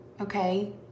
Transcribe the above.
okay